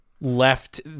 left